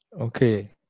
okay